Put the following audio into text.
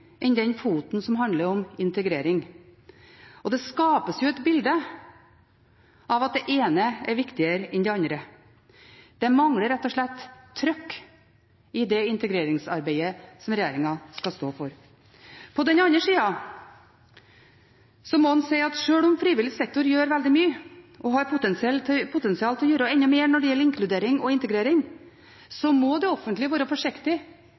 integrering. Og det skapes jo et bilde av at det ene er viktigere enn det andre. Det mangler rett og slett «trøkk» i det integreringsarbeidet som regjeringen skal stå for. På den andre sida må jeg si at sjøl om frivillig sektor gjør veldig mye og har potensial til å gjøre enda mer når det gjelder inkludering og integrering, må det offentlige være forsiktig